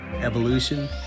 evolution